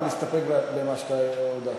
או להסתפק במה שאתה יודע?